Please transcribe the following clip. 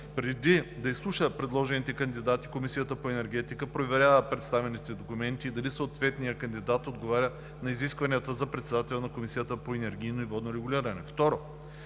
Преди да изслуша предложените кандидати Комисията по енергетика проверява представените документи и дали съответният кандидат отговаря на изискванията за председател на Комисията по енергийно и водно регулиране.